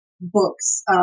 books